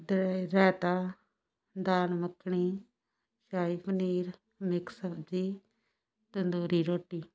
ਅਤੇ ਰਾਇਤਾ ਦਾਲ ਮੱਖਣੀ ਸ਼ਾਹੀ ਪਨੀਰ ਮਿਕਸ ਸਬਜ਼ੀ ਤੰਦੂਰੀ ਰੋਟੀ